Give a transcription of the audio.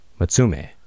Matsume